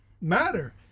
matter